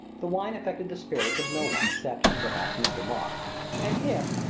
the wine affected the spirits of no one except, perhaps, mr. moss and him,